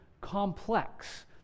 complex